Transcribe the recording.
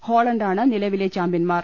ഹോള ണ്ടാണ് നിലവിലെ ചാമ്പ്യന്മാർ